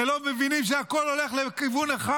אתם לא מבינים שהכול הולך לכיוון אחד?